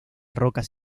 rocas